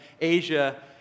Asia